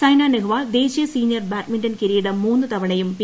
സൈന നെഹ്വാൾ ദേശീയ senior badminton കിരീടം മൂന്ന് തവണയും പി